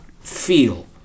feel